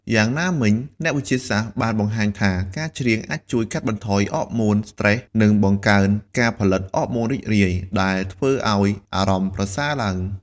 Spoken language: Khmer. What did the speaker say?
យ៉ាងណាមិញ អ្នកវិទ្យាសាស្ត្របានបង្ហាញថា ការច្រៀងអាចជួយកាត់បន្ថយអរម៉ូនស្ត្រេស និងបង្កើនការផលិតអរម៉ូនរីករាយ ដែលធ្វើឲ្យអារម្មណ៍ប្រសើរឡើង។